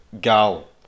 gal